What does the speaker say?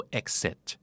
exit